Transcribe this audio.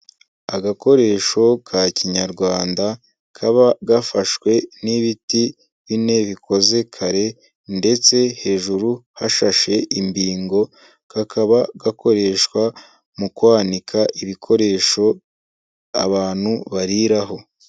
Agakoresho ka kinyarwanda kaba gafashwe n'ibiti bine bikoze kare ndetse hejuru hashashe imbingo, kakaba gakoreshwa mu kwanika ibikoresho abantu bariraho.